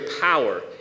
power